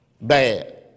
bad